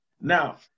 Now